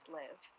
live